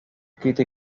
escritas